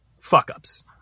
fuck-ups